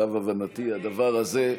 למיטב הבנתי, הדבר הזה,